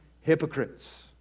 hypocrites